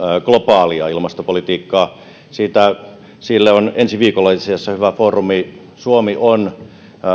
globaalia ilmastopolitiikkaa sille on ensi viikolla itse asiassa hyvä foorumi suomi on